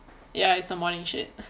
ya it's the morning shit